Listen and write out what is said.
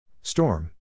Storm